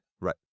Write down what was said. Right